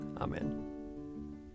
Amen